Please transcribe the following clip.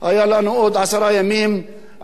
אבל אני מקווה שניקח את ההחלטה הנכונה,